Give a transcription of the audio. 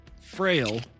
frail